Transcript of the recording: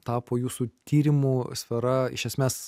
tapo jūsų tyrimų sfera iš esmės